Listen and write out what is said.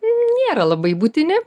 nėra labai būtini